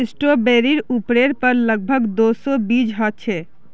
स्ट्रॉबेरीर उपरेर पर लग भग दो सौ बीज ह छे